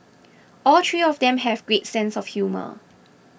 all three of them have great sense of humour